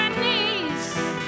knees